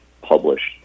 published